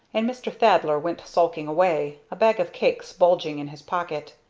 and mr. thaddler went sulking away a bag of cakes bulging in his pocket.